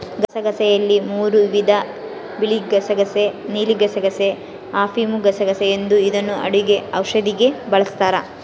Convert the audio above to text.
ಗಸಗಸೆಯಲ್ಲಿ ಮೂರೂ ವಿಧ ಬಿಳಿಗಸಗಸೆ ನೀಲಿಗಸಗಸೆ, ಅಫಿಮುಗಸಗಸೆ ಎಂದು ಇದನ್ನು ಅಡುಗೆ ಔಷಧಿಗೆ ಬಳಸ್ತಾರ